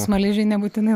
smaližiui nebūtinai